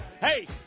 Hey